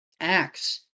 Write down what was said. acts